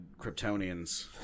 Kryptonians